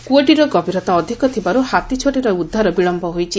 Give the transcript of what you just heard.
କୃଅଟିର ଗଭୀରତା ଅଧିକ ଥିବାରୁ ହାତୀଛୁଆଟିର ଉଦ୍ଧାର ବିଳମ୍ ହୋଇଛି